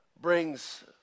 brings